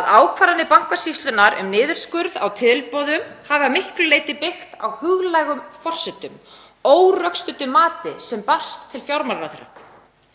að ákvarðanir Bankasýslunnar um niðurskurð á tilboðum hafi að miklu leyti byggt á huglægum forsendum, órökstuddu mati sem barst til fjármálaráðherra.